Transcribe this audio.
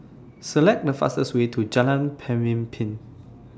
Select The fastest Way to Jalan Pemimpin